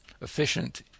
efficient